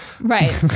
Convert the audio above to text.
Right